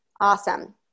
Awesome